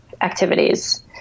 activities